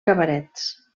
cabarets